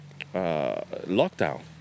lockdown